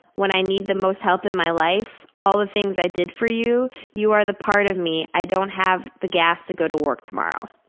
when i need the most help in my life? all of things i did for you? you are the part of me. i don't have the gas to go to work tomorrow.